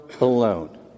alone